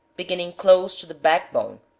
beginning close to the back bone.